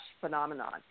phenomenon